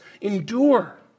endure